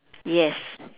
yes